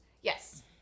Yes